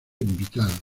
vital